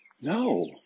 No